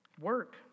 Work